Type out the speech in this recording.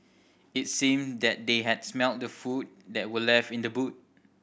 it seemed that they had smelt the food that were left in the boot